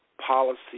policy